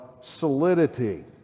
solidity